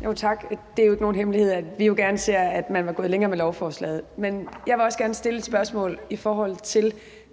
Mai Mercado (KF): Tak. Det er jo ikke nogen hemmelighed, at vi gerne så, at man var gået længere med lovforslaget. Men jeg vil også gerne stille et spørgsmål i forhold til